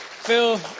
Phil